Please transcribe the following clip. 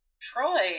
Troy